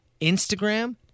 Instagram